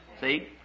See